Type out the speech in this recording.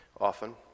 often